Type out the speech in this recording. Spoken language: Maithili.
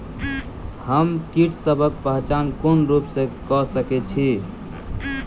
हम कीटसबक पहचान कोन रूप सँ क सके छी?